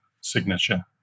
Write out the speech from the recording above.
signature